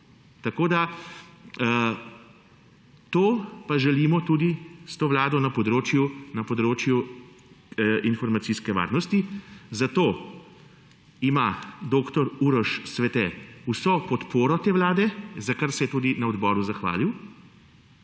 Tako da to pa želimo tudi s to Vlado na področju informacijske varnosti, zato ima dr. Uroš Svete vso podporo te Vlade, za kar se je tudi na odboru zahvalil.